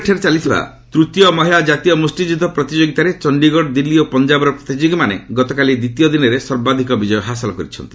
boxing କର୍ଣ୍ଣାଟକର Vijayanagar ଠାରେ ଚାଲିଥିବା ତୂତୀୟ ମହିଳା ଜାତୀୟ ମୁଷ୍ଟିଯୁଦ୍ଧ ପ୍ରତିଯୋଗିତାରେ ଚଣ୍ଡିଗଡ଼ ଦିଲ୍ଲୀ ଓ ପଞ୍ଜାବର ପ୍ରତିଯୋଗୀମାନେ ଗତକାଲି ଦ୍ୱିତୀୟ ଦିନରେ ସର୍ବାଧିକ ବିଜୟ ହାସଲ କରିଛନ୍ତି